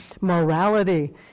Morality